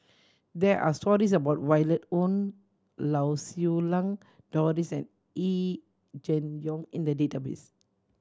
there are stories about Violet Oon Lau Siew Lang Doris and Yee Jenn Jong in the database